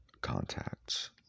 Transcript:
contacts